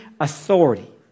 authority